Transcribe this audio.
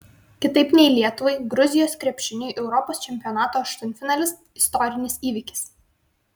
kitaip nei lietuvai gruzijos krepšiniui europos čempionato aštuntfinalis istorinis įvykis